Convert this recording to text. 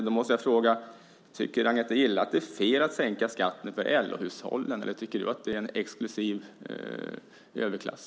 Då måste jag fråga: Tycker du, Agneta Gille, att det är fel att sänka skatten för LO-hushållen, eller tycker du att det är en exklusiv överklass?